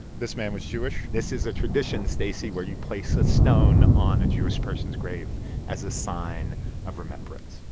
this man was jewish. this is a tradition, stacey, where you place a stone on a jewish person's grave as a sign of remembrance.